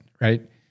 right